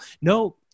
No